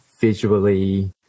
visually